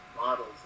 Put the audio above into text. models